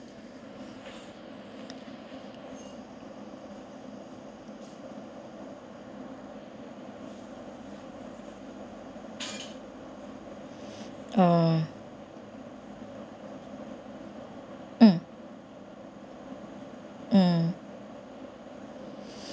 uh uh uh